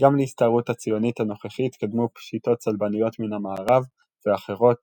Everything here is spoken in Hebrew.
"גם להסתערות הציונית הנוכחית קדמו פשיטות צלבניות מן המערב ואחרות